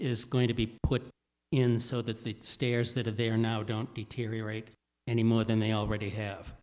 is going to be put in so that the stairs that they are now don't deteriorate any more than they already have